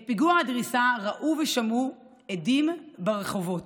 את פיגוע הדריסה ראו ושמעו עדים ברחובות,